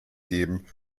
geben